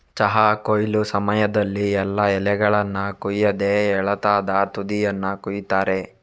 ಚಹಾ ಕೊಯ್ಲು ಸಮಯದಲ್ಲಿ ಎಲ್ಲಾ ಎಲೆಗಳನ್ನ ಕೊಯ್ಯದೆ ಎಳತಾದ ತುದಿಯನ್ನ ಕೊಯಿತಾರೆ